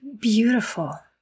beautiful